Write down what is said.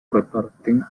reparten